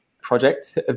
project